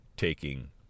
taking